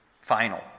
final